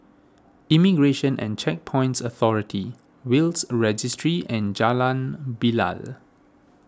Immigration and Checkpoints Authority Will's Registry and Jalan Bilal